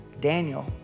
Daniel